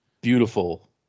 Beautiful